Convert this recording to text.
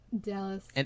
Dallas